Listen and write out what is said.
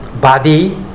body